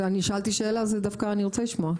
אני שאלתי שאלה, אז דווקא אני רוצה לשמוע.